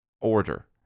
order